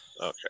Okay